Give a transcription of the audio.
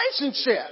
relationship